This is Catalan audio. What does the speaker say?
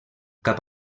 cap